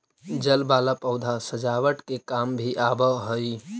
जल वाला पौधा सजावट के काम भी आवऽ हई